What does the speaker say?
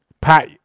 Pat